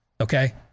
Okay